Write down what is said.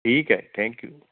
ਠੀਕ ਹੈ thank you